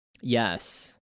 Yes